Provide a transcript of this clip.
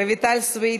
רויטל סויד,